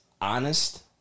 honest